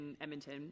Edmonton